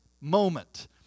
moment